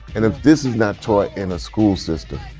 and if this is not taught in a school system,